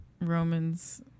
Romans